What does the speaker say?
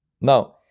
Now